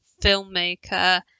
filmmaker